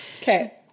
Okay